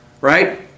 right